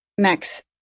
Max